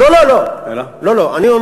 לא, לא, לא.